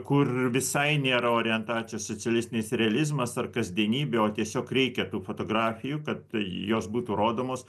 kur visai nėra orientacijos socialistinis realizmas ar kasdienybė o tiesiog reikia tų fotografijų kad jos būtų rodomos